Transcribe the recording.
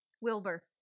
Wilbur